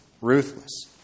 ruthless